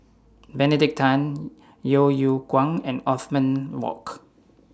Benedict Tan Yeo Yeow Kwang and Othman Wok